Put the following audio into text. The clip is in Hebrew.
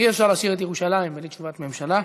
אי-אפשר להשאיר את ירושלים בלי תשובת ממשלה.